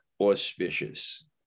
auspicious